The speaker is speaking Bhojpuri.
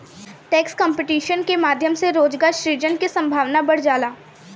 टैक्स कंपटीशन के माध्यम से रोजगार सृजन के संभावना बढ़ जाला